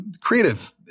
creative